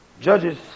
Judges